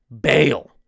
bail